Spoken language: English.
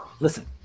listen